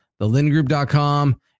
Thelindgroup.com